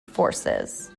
forces